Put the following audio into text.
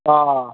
অ